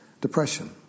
depression